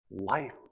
life